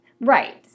Right